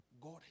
God